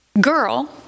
girl